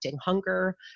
hunger